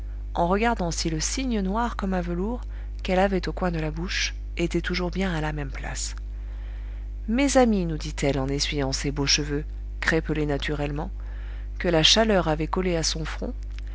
en regardant si le signe noir comme un velours qu'elle avait au coin de la bouche était toujours bien à la même place mes amis nous dit-elle en essuyant ses beaux cheveux crêpelés naturellement que la chaleur avait collés à son front